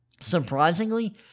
surprisingly